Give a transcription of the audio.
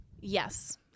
Yes